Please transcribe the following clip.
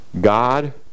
God